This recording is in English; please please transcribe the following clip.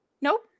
nope